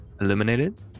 eliminated